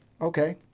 Okay